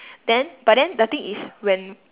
then but then the thing is when